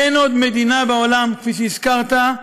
אין עוד מדינה בעולם, כפי שהזכרת,